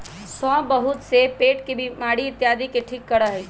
सौंफ बहुत से पेट के बीमारी इत्यादि के ठीक करा हई